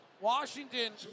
Washington